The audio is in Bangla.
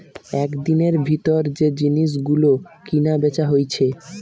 একদিনের ভিতর যে জিনিস গুলো কিনা বেচা হইছে